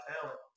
talent